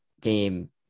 game